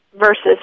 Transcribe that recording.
versus